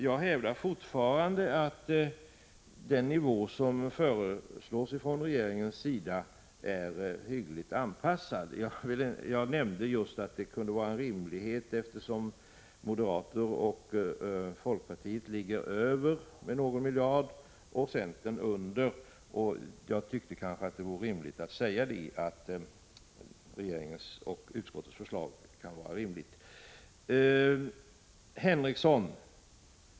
Jag hävdar fortfarande att den nivå som föreslås från regeringens sida är hyggligt anpassad. Eftersom moderaternas och folkpartiets förslag ligger över med någon miljard och centerns under tyckte jag, som jag sade tidigare, att det fanns anledning att säga att regeringens och utskottets förslag kunde vara rimligt. Sven Henricsson!